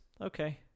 okay